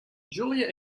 julia